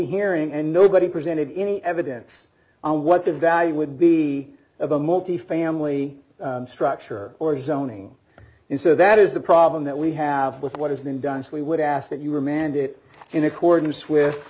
hearing and nobody presented any evidence on what the value would be of a multifamily structure or his own ng and so that is the problem that we have with what has been done so we would ask that you remand it in accordance with